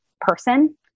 person